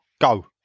Go